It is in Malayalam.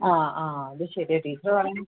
ആ ആ അത് ശരിയാണ് ടീച്ചർ വേണമെങ്കിൽ